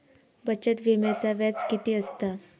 बचत विम्याचा व्याज किती असता?